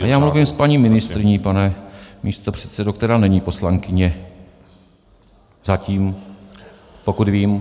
Já mluvím s paní ministryní, pane místopředsedo, která není poslankyně, zatím, pokud vím.